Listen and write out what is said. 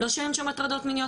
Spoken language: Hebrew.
לא שאין שם הטרדות מיניות,